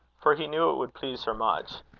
for he knew it would please her much.